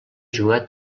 jugar